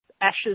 ashes